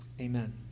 Amen